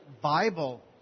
Bible